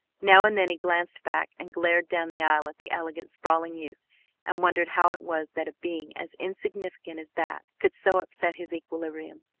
now and then he glanced back and glared down the aisle at the elegant sprawling youth and wondered how it was that a being as insignificant as that could so upset his equilibrium.